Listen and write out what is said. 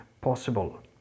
possible